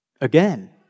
again